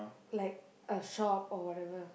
like a shop or whatever